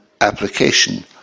application